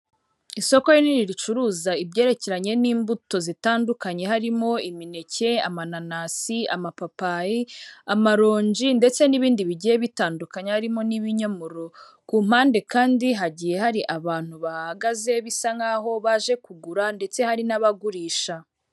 Isoko rinini ricuruza ibyerekeranye n'imbuto zitandukanye harimo imineke amananasi amapapayi amaronji ndetse n'ibindi bigiye bitandukanyekanya, harimo n'ibinyomoro ku mpande kandi hagiye hari abantu bahagaze bisa nk'aho baje kugura ndetse hari n'abagurisha.